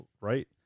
right